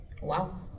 wow